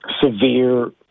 severe